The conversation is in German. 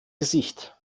gesicht